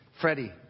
Freddie